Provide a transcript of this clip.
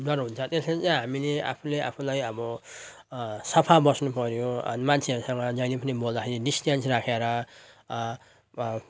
डर हुन्छ त्यसैले चाहिँ हामीले आफूले आफूलाई अब सफा बस्नुपर्यो अनि मान्छेहरूसँग जहिले पनि बोल्दाखेरि पनि डिस्टेन्स राखेर अब